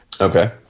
okay